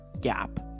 gap